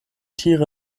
tiere